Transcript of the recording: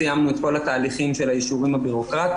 סיימנו את כל התהליכים של היישובים הביורוקרטיים,